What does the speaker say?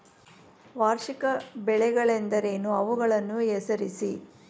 ವಾರ್ಷಿಕ ಬೆಳೆಗಳೆಂದರೇನು? ಅವುಗಳನ್ನು ಹೆಸರಿಸಿ?